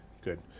good